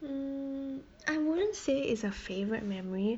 um I wouldn't say it's a favourite memory